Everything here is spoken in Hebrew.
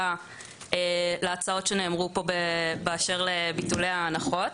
להצעות שנאמרו פה באשר לביטולי ההנחות,